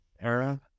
era